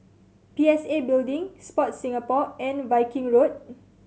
P S A Building Sport Singapore and Viking Road